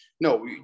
no